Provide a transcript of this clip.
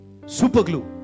Superglue